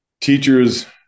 Teachers